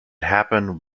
happened